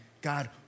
God